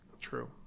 true